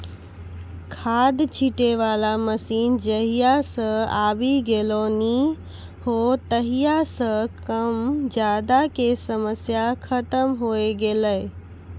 खाद छीटै वाला मशीन जहिया सॅ आबी गेलै नी हो तहिया सॅ कम ज्यादा के समस्या खतम होय गेलै